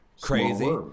crazy